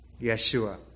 Yeshua